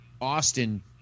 Austin